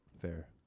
Fair